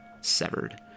severed